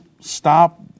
stop